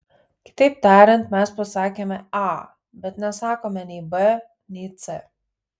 kitaip tariant mes pasakėme a bet nesakome nei b nei c